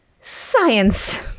science